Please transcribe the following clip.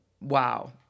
wow